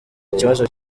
ikibazo